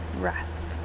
Rest